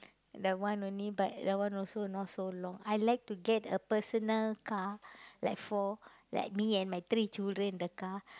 that one only but that one also not so long I like to get a personal car like for like me and my three children in the car